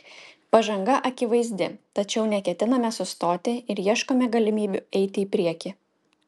pažanga akivaizdi tačiau neketiname sustoti ir ieškome galimybių eiti į priekį